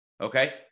okay